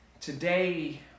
today